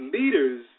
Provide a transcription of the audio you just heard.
leaders